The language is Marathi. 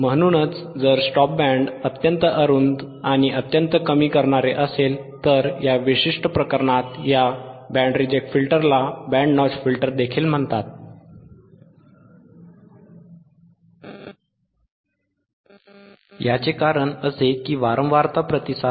म्हणूनच जर स्टॉप बँड अत्यंत अरुंद आणि अत्यंत कमी करणारे असेल तर या विशिष्ट प्रकरणात या बँड रिजेक्ट फिल्टरला band notch filter "Band Notch Filter देखील म्हणतात